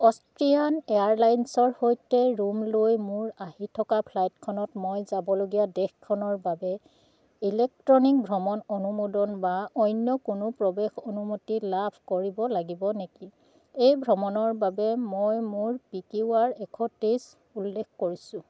Austrian air লাইনছৰ সৈতে ৰুম লৈ মোৰ আহি থকা ফ্লাইটখনত মই যাবলগীয়া দেশখনৰ বাবে ইলেক্ট্ৰনিক ভ্ৰমণ অনুমোদন বা অন্য কোনো প্ৰৱেশ অনুমতি লাভ কৰিব লাগিব নেকি এই ভ্ৰমণৰ বাবে মই মোৰ পি কিউ আৰ এশ তেইছ উল্লেখ কৰিছোঁ